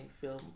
film